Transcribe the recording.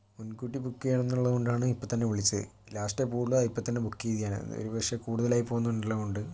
മുൻകൂട്ടി ബുക്ക് ചെയ്യണം എന്നുള്ളത് കൊണ്ടാണ് ഇപ്പോൾ തന്നെ വിളിച്ചത് ലാസ്റ്റേ പോകുള്ളൂ അത് ഇപ്പോൾ തന്നെ ബുക്ക് ചെയ്തതാണ് ഒരുപക്ഷേ കൂടുതലായി പോകുന്നുണ്ടെന്നുള്ളതുകൊണ്ട്